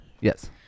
Yes